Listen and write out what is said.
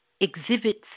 exhibits